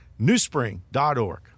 newspring.org